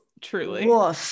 truly